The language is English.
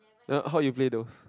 uh how you play those